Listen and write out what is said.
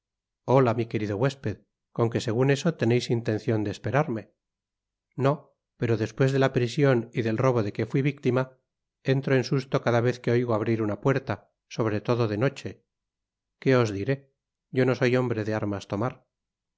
hola mi querido huesped con que segun eso teneis intencion de esperarme no pero despues de la prision y del robo de que fui víctima entro en susto cada vez que oigo abrir una puerta sobre todo de noche que os diré yo no soy hombro de armas tomar